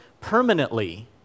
permanently